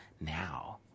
now